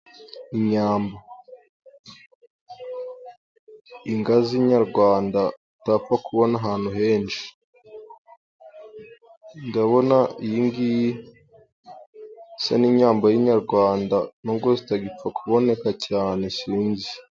Inyambo, inka z'inyarwanda utapfa kubona ahantu henshi, ndabona iyi ngiyi isa n'inyambo y'inyarwanda n'ubwo zitagipfa kuboneka cyane sinzi.